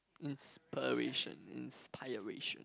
inspiration inspiration